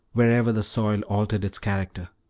wherever the soil altered its character.